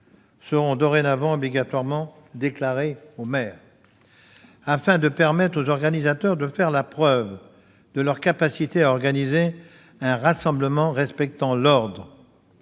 devront dorénavant obligatoirement être déclarés aux maires. Afin de permettre aux organisateurs de faire la preuve de leur capacité à organiser un rassemblement respectant l'ordre